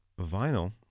vinyl